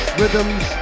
rhythms